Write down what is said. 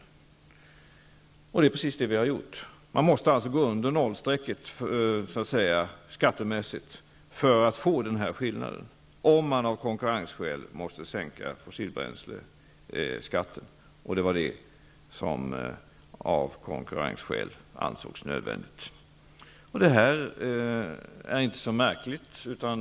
Det är precis vad vi har gjort. Man måste alltså gå under nollstrecket skattemässigt för att få denna skillnad, om man av konkurrensskäl måste sänka fossilbränsleskatten. Det ansågs nödvändigt av konkurrensskäl. Detta är inte så märkligt.